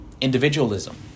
individualism